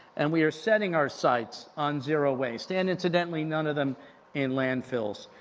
and we're setting our sites on zero waste, and, incidentally, none of them in landfills.